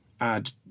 add